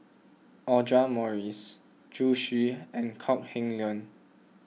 Audra Morrice Zhu Xu and Kok Heng Leun